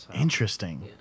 Interesting